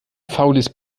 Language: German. faules